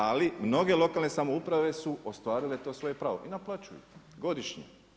Ali mnoge lokalne samouprave su ostvarile to svoje pravo, i naplaćuju, godišnje.